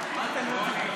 מה אתם רוצים?